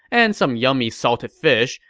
and some yummy salted fish,